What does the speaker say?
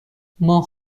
ماه